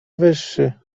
wyższy